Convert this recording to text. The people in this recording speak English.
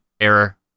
error